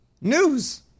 news